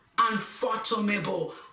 unfathomable